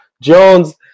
Jones